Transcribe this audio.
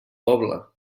poble